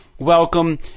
Welcome